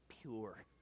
pure